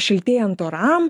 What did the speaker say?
šiltėjant oram